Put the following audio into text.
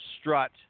strut